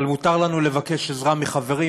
אבל מותר לנו לבקש עזרה מחברים,